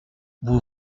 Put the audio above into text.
vous